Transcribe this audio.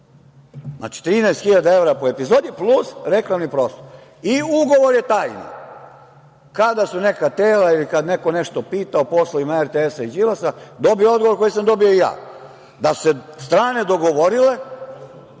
13000 evra po epizodi, plus reklamni prostor. Ugovor je tajni. Kada su neka tela ili kada neko nešto pita o poslovima RTS-a i Đilasa, dobije odgovor koji sam dobio i ja, da su se strane dogovorile